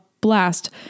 blast